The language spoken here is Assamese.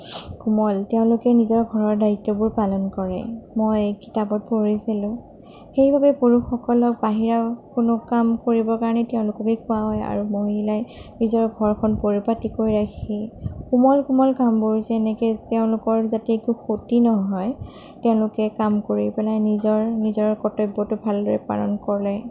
কোমল তেওঁলোকে নিজৰ ঘৰৰ দায়িত্ববোৰ পালন কৰে মই কিতাপত পঢ়িছিলোঁ সেইবাবে পুৰুষসকলক বাহিৰা কোনো কাম কৰিবৰ কাৰণে তেওঁলোককেই কোৱা হয় আৰু মহিলাই নিজৰ ঘৰখন পৰিপাটিকৈ ৰাখি কোমল কোমল কামবোৰ যেনেকে তেওঁলোকৰ যাতে একো ক্ষতি নহয় তেওঁলোকে কাম কৰি পেলাই নিজৰ নিজৰ কৰ্তব্যটো ভালদৰে পালন কৰে